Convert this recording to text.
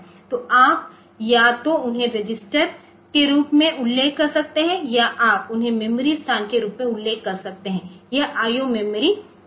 तो आप या तो उन्हें रजिस्टर के रूप में उल्लेख कर सकते हैं या आप उन्हें मेमोरी स्थान के रूप में उल्लेख कर सकते हैं यह I O मेमोरी भाग है